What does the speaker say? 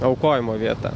aukojimo vieta